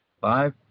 Five